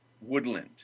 woodland